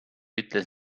ütles